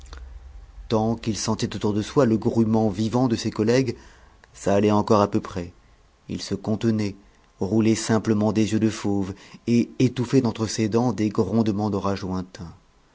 tant qu'il sentait autour de soi le grouillement vivant de ses collègues ça allait encore à peu près il se contenait roulait simplement des yeux de fauve et étouffait entre ses dents des